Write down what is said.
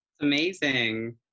Amazing